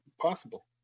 possible